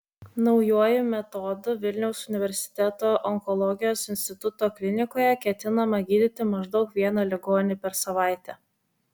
naujuoju metodu vilniaus universiteto onkologijos instituto klinikoje ketinama gydyti maždaug vieną ligonį per savaitę